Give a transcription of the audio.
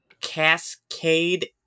Cascade